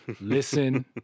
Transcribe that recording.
listen